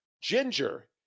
Ginger